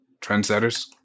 trendsetters